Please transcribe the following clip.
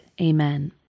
Amen